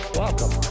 welcome